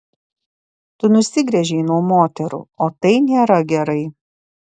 tu nusigręžei nuo moterų o tai nėra gerai